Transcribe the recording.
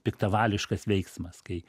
piktavališkas veiksmas kai